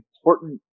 important